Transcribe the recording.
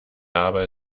arbeit